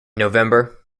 november